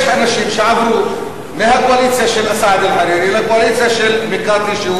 יש אנשים שעברו מהקואליציה של סעד אל-חרירי לקואליציה של מיקאתי,